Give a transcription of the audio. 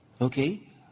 okay